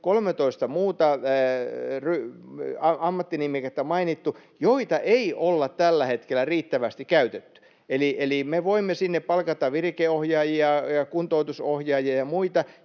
13 muuta ammattinimikettä, joita ei olla tällä hetkellä riittävästi käytetty, eli me voimme sinne palkata virikeohjaajia ja kuntoutusohjaajia ja muita,